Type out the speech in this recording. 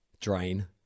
Drain